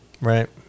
Right